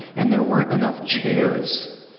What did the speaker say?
and there weren't enough chairs.